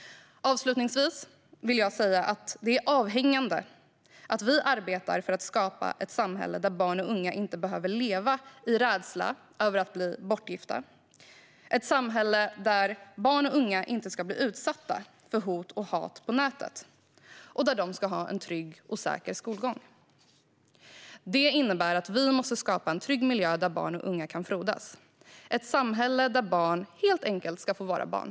Avslutningsvis vill jag säga att det är avgörande att vi arbetar för att skapa ett samhälle där barn och unga inte behöver leva i rädsla över att bli bortgifta, där barn och unga inte ska bli utsatta för hot och hat på nätet och där barn och unga ska ha en trygg och säker skolgång. Det innebär att vi måste skapa en trygg miljö där barn och unga kan frodas - ett samhälle där barn helt enkelt ska få vara barn.